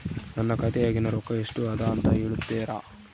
ನನ್ನ ಖಾತೆಯಾಗಿನ ರೊಕ್ಕ ಎಷ್ಟು ಅದಾ ಅಂತಾ ಹೇಳುತ್ತೇರಾ?